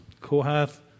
Kohath